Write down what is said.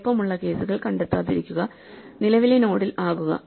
എളുപ്പമുള്ള കേസുകൾ കണ്ടെത്താതിരിക്കുക നിലവിലെ നോഡിൽ ആകുക